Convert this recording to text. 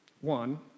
one